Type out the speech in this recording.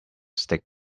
stick